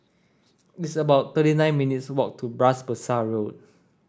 it's about thirty nine minutes' walk to Bras Basah Road